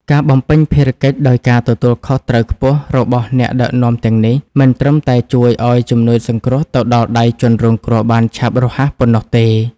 ការបំពេញភារកិច្ចដោយការទទួលខុសត្រូវខ្ពស់របស់អ្នកដឹកនាំទាំងនេះ មិនត្រឹមតែជួយឱ្យជំនួយសង្គ្រោះទៅដល់ដៃជនរងគ្រោះបានឆាប់រហ័សប៉ុណ្ណោះទេ។